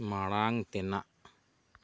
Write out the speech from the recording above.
ᱢᱟᱲᱟᱝ ᱛᱮᱱᱟᱜ